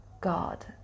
God